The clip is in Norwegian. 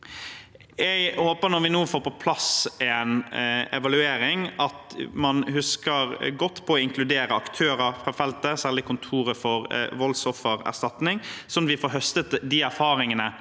evaluering, husker godt på å inkludere aktører fra feltet, særlig Kontoret for voldsoffererstatning, slik at vi får høstet de erfaringene